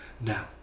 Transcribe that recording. Now